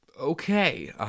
Okay